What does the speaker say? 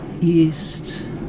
east